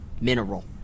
mineral